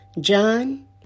John